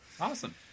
Awesome